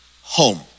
home